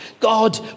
God